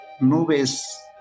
nubes